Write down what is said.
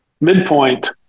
midpoint